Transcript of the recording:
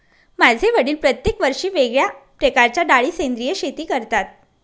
माझे वडील प्रत्येक वर्षी वेगळ्या प्रकारच्या डाळी सेंद्रिय शेती करतात